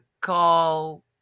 call